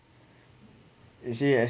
you see eh